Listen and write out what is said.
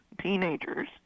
teenagers